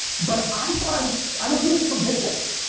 but i thought i was, i was doing it for business.